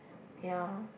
ya